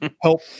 help